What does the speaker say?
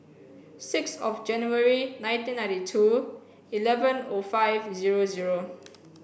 six of January nineteen ninety two eleven O five zero zero